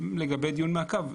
לגבי דיון מערב,